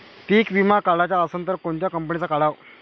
पीक विमा काढाचा असन त कोनत्या कंपनीचा काढाव?